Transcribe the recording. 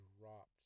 dropped